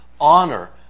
honor